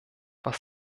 was